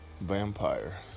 vampire